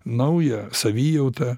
naują savijautą